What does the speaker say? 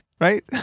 right